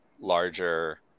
Larger